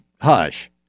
hush